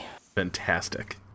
Fantastic